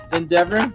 endeavor